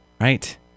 right